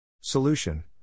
Solution